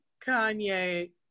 Kanye